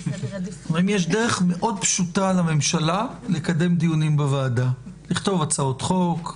יש דרך מאוד פשוטה לממשלה לקדם דיונים בוועדה - לכתוב הצעות חוק,